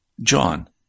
John